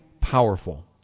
powerful